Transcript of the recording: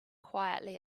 quietly